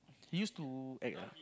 he used to act ah